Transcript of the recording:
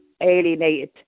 alienated